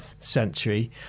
century